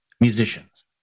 Musicians